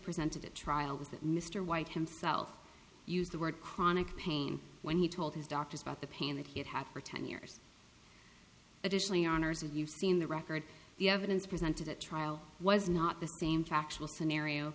presented at trial was that mr white himself used the word chronic pain when he told his doctors about the pain that had happened ten years additionally honors and you've seen the record the evidence presented at trial was not the same factual scenario